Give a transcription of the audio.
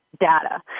data